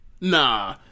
Nah